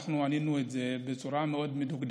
אנחנו ענינו על זה בצורה מאוד מדוקדקת,